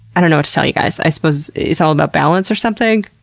i don't know what to tell you guys. i suppose it's all about balance or something.